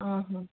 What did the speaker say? ఆహా